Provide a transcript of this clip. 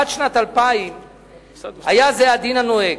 עד שנת 2000 היה זה הדין הנוהג.